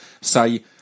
say